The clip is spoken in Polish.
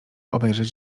obejrzeć